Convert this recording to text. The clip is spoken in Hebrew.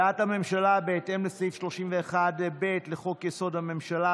הודעת הממשלה בהתאם לסעיף 31(ב) לחוק-יסוד: הממשלה,